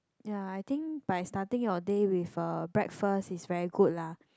ya I think by starting your day with a breakfast is very good lah